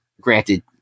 granted